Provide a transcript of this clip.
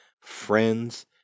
friends